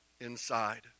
Inside